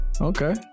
Okay